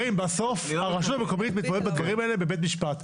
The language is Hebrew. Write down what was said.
בסוף הרשות המקומית מבררת את הדברים האלה בבית משפט.